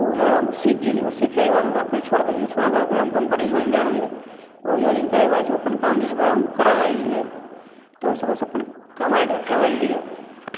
ओ हुनर हम सीख गेलियै आओर सीखैके बाद ओकरा फेर छोड़ि देलियै छोड़यके बाद फेर हम कम्पनी जोआइन धै ललिए अओर जोइनिंग करयके बाद जे छै अपन काम जे छै फेर हम करय लगलियै तऽ ओहिसँ बस अपन कमाइके खाइ लगलियै